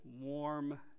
warm